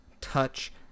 Touch